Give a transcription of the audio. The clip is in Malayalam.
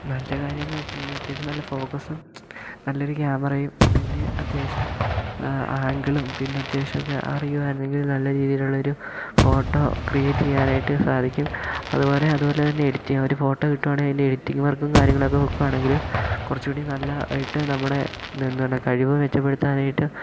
നല്ല കാര്യം എന്ന് വെച്ചിട്ടുണ്ടെങ്കിൽ അത്യാവശ്യം നല്ല ഫോക്കസും നല്ലൊരു ക്യാമറയും പിന്നെ അത്യാവശ്യം ആങ്കിളും പിന്നെ അത്യാവശ്യം ഒക്കെ അറിയുവായിരുന്നെങ്കിൽ നല്ല രീതിയിലുള്ളൊരു ഫോട്ടോ ക്രിയേറ്റ് ചെയ്യാനായിട്ട് സാധിക്കും അതുപോലെ അതുപോലെത്തന്നെ എഡിറ്റ് ചെയ്യുക ഒരു ഫോട്ടോ കിട്ടുവാണെങ്കിൽ അതിൻ്റെ എഡിറ്റിംഗ് വർക്കും കാര്യങ്ങളൊക്കെ നോക്കുകയാണെങ്കിൽ കുറച്ചുകൂടി നല്ലതായിട്ട് നമ്മുടെ നിന്നാണ് കഴിവ് മെച്ചപ്പെടുത്താനായിട്ട്